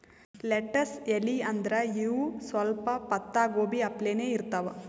lettuce ಎಲಿ ಅಂದ್ರ ಇವ್ ಸ್ವಲ್ಪ್ ಪತ್ತಾಗೋಬಿ ಅಪ್ಲೆನೇ ಇರ್ತವ್